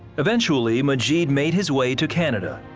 eventually majit made his way to canada,